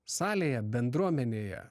salėje bendruomenėje